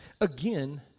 Again